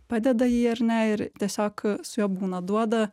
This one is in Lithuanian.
padeda jį ar ne ir tiesiog su juo būna duoda